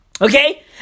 okay